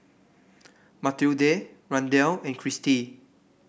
Mathilde Randell and Christie